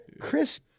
Chris